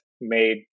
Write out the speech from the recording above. made